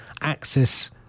access